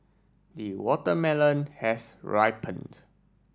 the watermelon has ripened